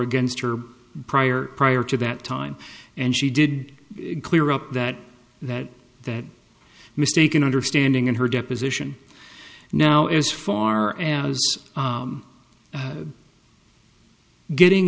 against her prior prior to that time and she did clear up that that that mistaken understanding in her deposition now as far as getting